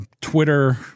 Twitter